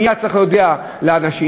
מייד צריך להודיע לאנשים,